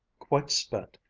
quite spent,